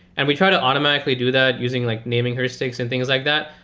and we try to automatically do that using like naming heuris tics and things like that.